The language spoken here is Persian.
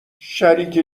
شریک